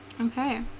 okay